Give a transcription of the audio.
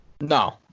No